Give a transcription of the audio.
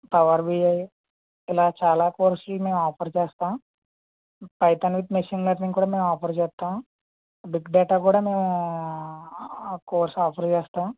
power BI ఇలా చాలా కోర్సులు మేము ఆఫర్ చేస్తాం పైథాన్ విత్ మిషన్ లర్నింగ్ కూడా మేము ఆఫర్ చేస్తాం బిగ్ డేటా కూడా మేము ఆ కోర్స్ ఆఫర్ చేస్తాం